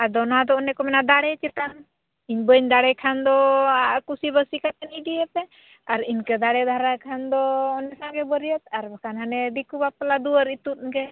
ᱟᱫᱚ ᱱᱚᱣᱟ ᱫᱚ ᱚᱱᱮ ᱠᱚ ᱢᱮᱱᱟ ᱫᱟᱲᱮ ᱪᱮᱛᱟᱱ ᱤᱧ ᱵᱟᱹᱧ ᱫᱟᱲᱮᱜ ᱠᱷᱟᱱ ᱫᱚ ᱟᱡ ᱠᱩᱥᱤ ᱵᱟᱹᱥᱤ ᱠᱟᱛᱮᱫ ᱤᱫᱤᱭᱮᱯᱮ ᱟᱨ ᱤᱱᱠᱟᱹ ᱫᱟᱲᱮ ᱫᱷᱟᱨᱟ ᱠᱷᱟᱱ ᱫᱚ ᱚᱱᱟᱜᱮ ᱵᱟᱹᱨᱭᱟᱹᱛ ᱟᱨ ᱵᱟᱝᱠᱷᱟᱱ ᱫᱤᱠᱩ ᱵᱟᱯᱞᱟ ᱫᱩᱣᱟᱹᱨ ᱤᱛᱩᱫ ᱜᱮ